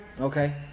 Okay